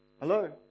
Hello